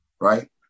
Right